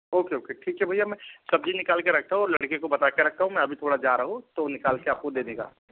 okay okay ठीक है भैया मैं सब्ज़ी निकल के रखता हूँ और लड़के को बता के रखता हूँ मैं अभी थोड़ा जा रहा हूँ तो वो निकाल के आपको दे देगा